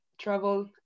travel